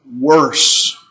worse